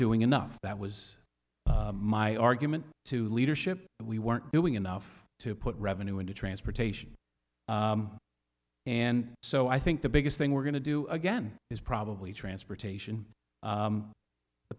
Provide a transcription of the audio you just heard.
doing enough that was my argument to leadership that we weren't doing enough to put revenue into transportation and so i think the biggest thing we're going to do again is probably transportation